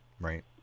Right